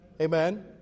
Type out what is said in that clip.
Amen